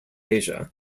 asia